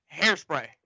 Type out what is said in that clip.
hairspray